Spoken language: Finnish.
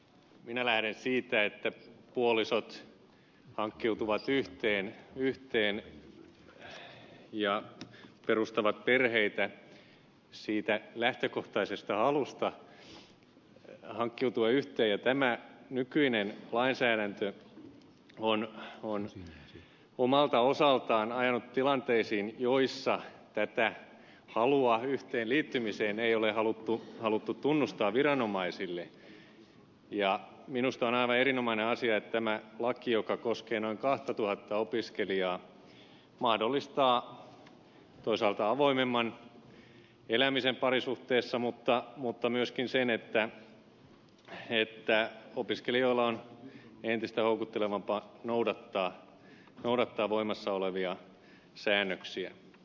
minä lähden siitä että puolisot hakeutuvat yhteen yhteen ja perustavat virheitä siitä lähti kohtaisesta halusta hankkiutua yhteen tämä nykyinen lainsäädäntö luonne on omalta osaltaan ainut tilanteisiin joissa vettä halua yhteenliittymiseen ei ole haluttu haluttu tunnustaa viranomaisille ja minusta on erinomainen asia tämä laki joka koskee noin kahtatuhatta opiskelijaa mahdollistaa toisaalta avoimemman elämisen parisuhteessa mutta mutta myöskin sen että heittää opiskelijoilla on entistä houkuttelevampaa noudattaa noudattaa voimassa olevia säännöksiä